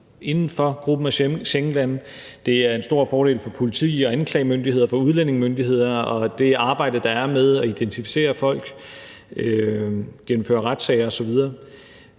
inden for gruppen af Schengenlande. Det er en stor fordel for politi- og anklagemyndigheden og for udlændingemyndighederne og det arbejde, der er med at identificere folk, gennemføre retssager osv.